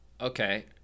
Okay